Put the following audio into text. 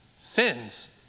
sins